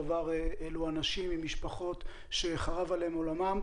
מדובר באנשים עם משפחות שחרב עליהן עולמן.